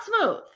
smooth